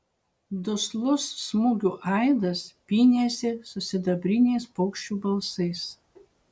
duslus smūgių aidas pynėsi su sidabriniais paukščių balsais